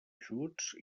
eixuts